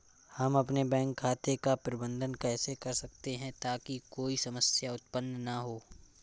हम अपने बैंक खाते का प्रबंधन कैसे कर सकते हैं ताकि कोई समस्या उत्पन्न न हो?